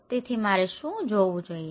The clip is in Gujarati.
તેથી મારે શું જોવું જોઈએ